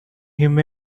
him